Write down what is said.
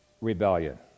rebellion